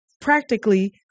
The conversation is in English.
practically